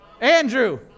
Andrew